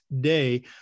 day